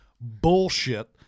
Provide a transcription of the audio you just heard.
bullshit